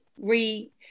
re